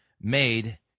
made